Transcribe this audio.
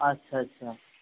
আচ্ছা আচ্ছা